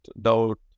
doubt